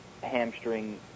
hamstring